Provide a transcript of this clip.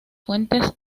fuentes